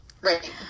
Right